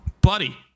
Buddy